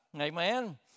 Amen